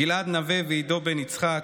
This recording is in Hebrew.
גלעד נוה ועידו בן יצחק,